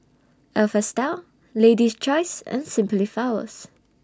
Alpha Style Lady's Choice and Simply Flowers